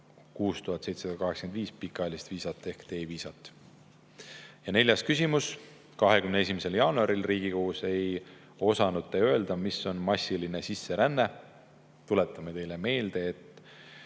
6785 pikaajalist viisat ehk D‑viisat. Neljas küsimus: "21. jaanuaril Riigikogus ei osanud Te öelda, mis on massiline sisseränne. Tuletame Teile meelde, et